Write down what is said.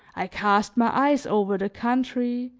i cast my eyes over the country,